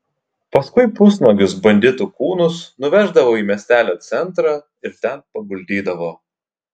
paskui pusnuogius banditų kūnus nuveždavo į miestelio centrą ir ten paguldydavo